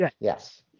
Yes